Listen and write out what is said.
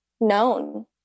known